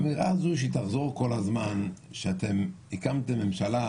יש אמירה שתחזור כל הזמן על זה שהקמתם מממשלה